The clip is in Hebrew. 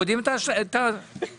שבוצעו מחלחלים להורדת ריביות למערכת,